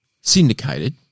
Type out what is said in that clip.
Syndicated